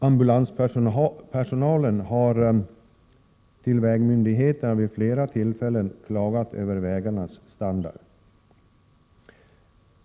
Ambulanspersonalen har till vägmyndigheterna vid flera tillfällen klagat över vägarnas standard.